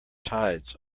tides